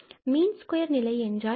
மீன் square நிலை என்றால் என்ன